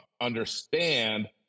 understand